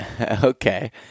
Okay